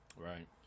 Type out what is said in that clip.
Right